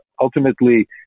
ultimately